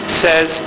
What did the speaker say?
says